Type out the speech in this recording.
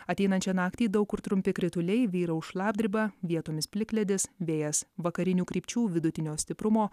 ateinančią naktį daug kur trumpi krituliai vyraus šlapdriba vietomis plikledis vėjas vakarinių krypčių vidutinio stiprumo